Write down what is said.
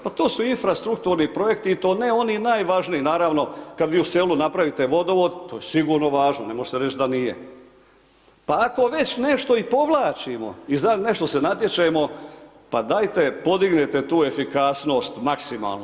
Pa to su infrastrukturni projekti, i to ne oni najvažniji, naravno, kad vi u selu napravite vodovod, to je sigurno važno, ne može se reći da nije, pa ako već nešto i povlačimo i za nešto se natječemo, pa dajte podignite tu efikasnost maksimalno.